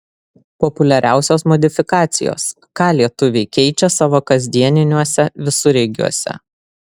populiariausios modifikacijos ką lietuviai keičia savo kasdieniniuose visureigiuose